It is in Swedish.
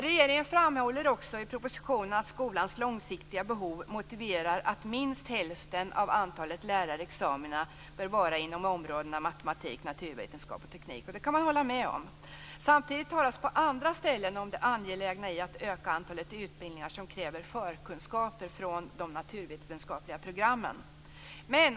Regeringen framhåller också i propositionen att skolans långsiktiga behov motiverar att minst hälften av antalet lärarexamina bör vara inom områdena matematik, naturvetenskap och teknik, och det kan man hålla med om. Samtidigt talas på andra ställen om det angelägna i att öka antalet utbildningar som kräver förkunskaper från de naturvetenskapliga programmen.